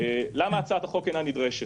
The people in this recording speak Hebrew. למה הצעת החוק אינה נדרשת?